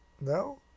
No